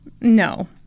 No